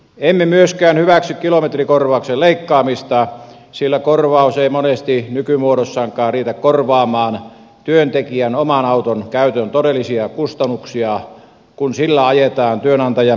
emme myöskään hyväksy kilometrikorvauksen leikkaamista sillä korvaus ei monesti nykymuodossaankaan riitä korvaamaan työntekijän oman auton käytön todellisia kustannuksia kun sillä ajetaan työnantajan määräämiä työmatkoja